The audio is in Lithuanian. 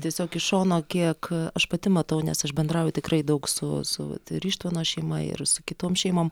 tiesiog iš šono kiek aš pati matau nes aš bendrauju tikrai daug su su vat ir ištvano šeima ir su kitom šeimom